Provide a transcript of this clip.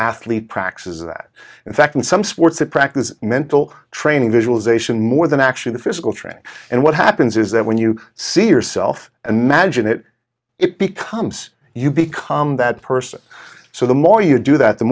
athlete practices that in fact in some sports a practice mental training visualization more than actual physical training and what happens is that when you see yourself and magine it it becomes you become that person so the more you do that the